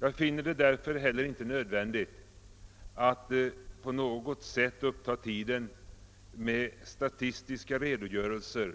Jag finner det därför heller inte nödvändigt att på något sätt uppta tiden med statistiska redogörelser